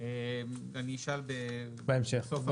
אני אשאל בהמשך.